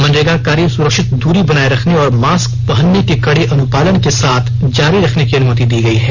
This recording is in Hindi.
मनरेगा कार्य सुरक्षित दूरी बनाए रखने और मास्क पहनने के कड़े अनुपालन के साथ जारी रखने की अनुमति दी गई है